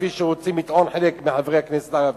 כפי שרוצים לטעון חלק מחברי הכנסת הערבים.